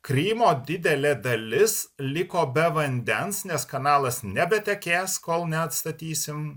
krymo didelė dalis liko be vandens nes kanalas nebetekės kol neatstatysim